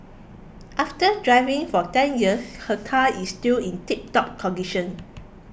after driving for ten years her car is still in tiptop